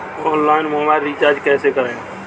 Online mobile recharge कैसे करें?